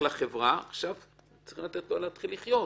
לחברה, עכשיו צריך לתת לו להתחיל לחיות,